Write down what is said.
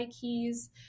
keys